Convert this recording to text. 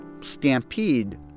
stampede